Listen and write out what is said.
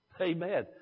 Amen